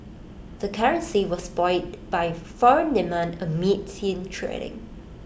the currency was buoyed by foreign demand amid thin trading